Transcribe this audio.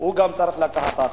גם הוא צריך לקחת את האחריות.